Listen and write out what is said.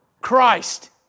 Christ